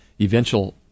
eventual